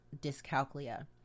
dyscalculia